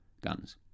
guns